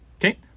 okay